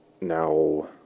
Now